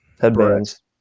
Headbands